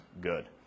good